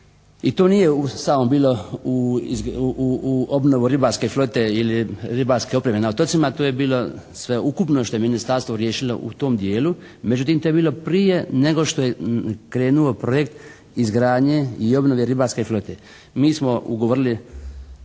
I to nije samo bilo u obnovu ribarske flote ili ribarske opreme na otocima. To je bilo sveukupno što je ministarstvo riješilo u tom dijelu. Međutim to je bilo prije nego što je krenuo projekt izgradnje i obnove ribarske flote. Mi smo ugovorili